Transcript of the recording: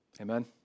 Amen